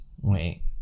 wait